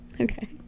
okay